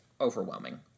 overwhelming